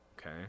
okay